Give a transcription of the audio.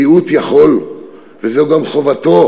מיעוט יכול, וזו גם חובתו,